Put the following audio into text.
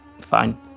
Fine